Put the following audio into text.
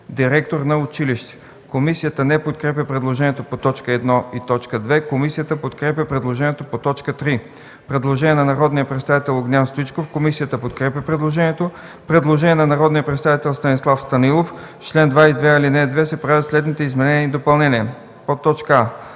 „директор на училище”. Комисията не подкрепя предложението по т. 1 и т. 2. Комисията подкрепя предложението по т. 3. Има предложение от народния представител Огнян Стоичков. Комисията подкрепя предложението. Предложение от народния представител Станислав Станилов: „В чл. 22, ал. 2 се правят следните изменения и допълнения: а) в т.